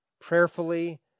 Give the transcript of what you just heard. prayerfully